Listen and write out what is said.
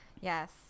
yes